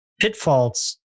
pitfalls